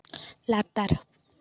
ᱞᱟᱛᱟᱨ